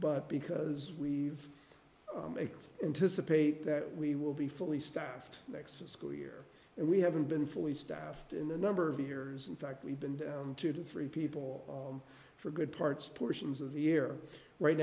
but because we've anticipate that we will be fully staffed next school year and we haven't been fully staffed in the number of years in fact we've been down two to three people for good parts portions of the year right